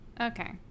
Okay